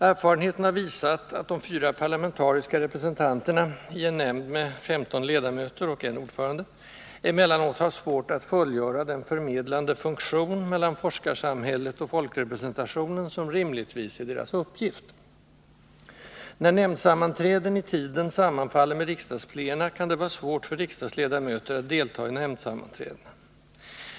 Erfarenheten har visat, att de fyra parlamentariska representanterna i en nämnd med 15 ledamöter och en ordförande emellanåt har svårt att fullgöra den förmedlande funktion mellan forskarsamhället och folkrepresentationen som rimligtvis är deras uppgift. När nämndsammanträden i tiden sammanfaller med riksdagsplena kan det vara svårt för riksdagsledamöter att delta i nämndsammanträdena.